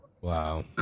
wow